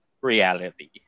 reality